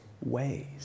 ways